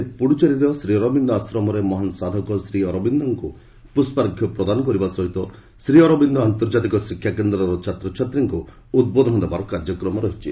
ସେ ପୁଡୁଚେରୀର ଶ୍ରୀ ଅରବିନ୍ଦ ଆଶ୍ରମରେ ମହାନ ସାଧକ ଶ୍ରୀ ଅରବିନ୍ଦଙ୍କୁ ପୁଷ୍ପାର୍ଘ୍ୟ ପ୍ରଦାନ କରିବା ସହିତ ଶ୍ରୀ ଅରବିନ୍ଦ ଆନ୍ତର୍ଜାତିକ ଶିକ୍ଷା କେନ୍ଦ୍ରର ଛାତ୍ରଛାତ୍ରୀଙ୍କୁ ଉଦ୍ବୋଧନ ଦେବାର କାର୍ଯ୍ୟକ୍ରମ ରହିଛି